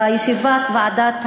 בישיבת ועדת הפנים,